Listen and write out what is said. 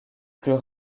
plus